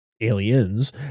aliens